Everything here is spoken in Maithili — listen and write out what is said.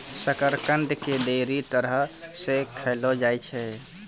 शकरकंद के ढेरी तरह से खयलो जाय छै